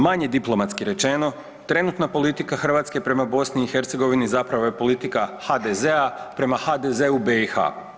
Manje diplomatski rečeno, trenutna politika Hrvatske prema BiH zapravo je politika HDZ-a prema HDZ-u BiH.